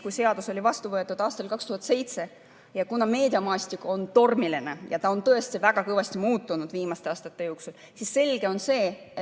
kuna seadus võeti vastu aastal 2007 ning meediamaastik on tormiline ja ta on tõesti väga kõvasti muutunud viimaste aastate jooksul, siis selge on, et